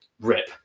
rip